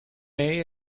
may